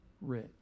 rich